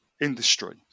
industry